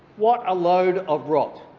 what a load of rot.